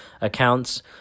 accounts